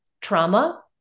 trauma